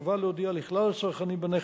יש חובה להודיע לכלל הצרכנים בנכס.